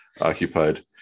occupied